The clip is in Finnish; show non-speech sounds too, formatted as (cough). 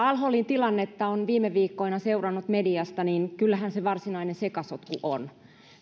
(unintelligible) al holin tilannetta olen viime viikkoina seurannut mediasta niin kyllähän se varsinainen sekasotku on